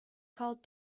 called